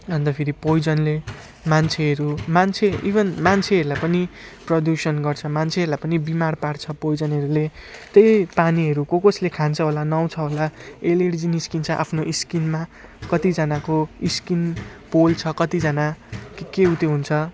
अन्त फेरि पोइजनले मान्छेहरू मान्छे इभन मान्छेहरूलाई पनि प्रदूषण गर्छ मान्छेहरूलाई पनि बिमार पार्छ पोइजनहरूले त्यही पानीहरू को कसले खाने होला नुहाउँछ होला एलर्जी निस्किन्छ आफ्नो स्किनमा कतिजनाको स्किन पोल्छ कतिजना के के उत्यो हुन्छ